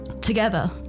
Together